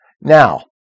Now